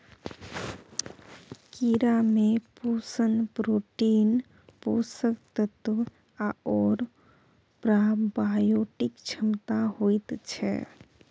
कीड़ामे पोषण प्रोटीन, पोषक तत्व आओर प्रोबायोटिक क्षमता होइत छै